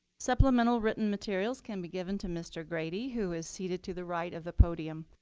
supplemental written materials can be given to mr. grady, who is seated to the right of the podium,